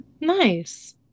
Nice